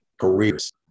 careers